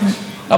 תודה רבה.